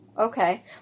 okay